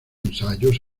ensayos